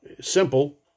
Simple